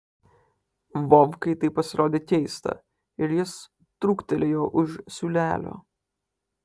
vovkai tai pasirodė keista ir jis trūktelėjo už siūlelio